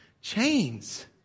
chains